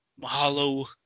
Mahalo